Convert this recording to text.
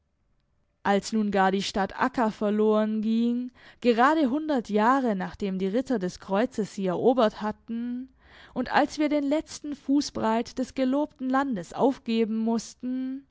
als nun gar die stadt akka verloren ging gerade hundert jahre nachdem die ritter des kreuzes sie erobert hatten und als wir den letzten fußbreit des gelobten landes aufgeben mußten